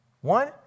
One